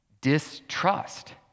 distrust